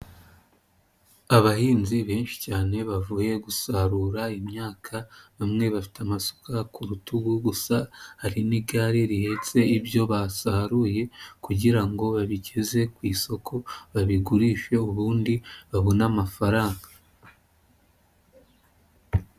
Abahinzi benshi cyane bavuye gusarura imyaka, bamwe bafite amasuka ku rutugu gusa hari n'igare rihetse ibyo basaruye kugira ngo babigeze ku isoko babigurishe ubundi babone amafaranga.